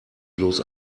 bloß